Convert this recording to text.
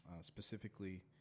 specifically